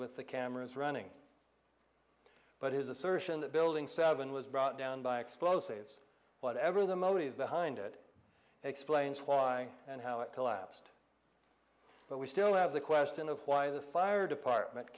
with the cameras running but his assertion that building seven was brought down by explosives whatever the motive behind it explains why and how it collapsed but we still have the question of why the fire department